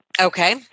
Okay